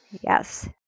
Yes